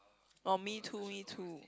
oh me too me too